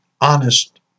honest